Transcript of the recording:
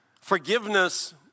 Forgiveness